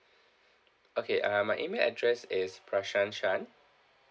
okay uh my email address is prashan shan